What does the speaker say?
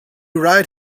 right